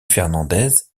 fernández